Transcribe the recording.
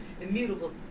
immutable